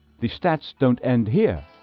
the stats don't end here.